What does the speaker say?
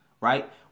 Right